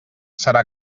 serà